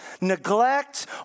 neglect